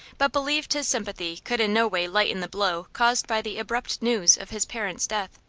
but believed his sympathy could in no way lighten the blow caused by the abrupt news of his parent's death.